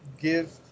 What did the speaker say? Give